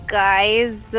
guys